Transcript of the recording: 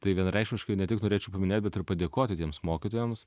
tai vienareikšmiškai ne tik norėčiau paminėt bet ir padėkoti tiems mokytojams